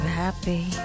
happy